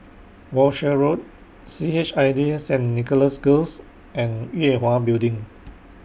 Walshe Road C H I J Saint Nicholas Girls and Yue Hwa Building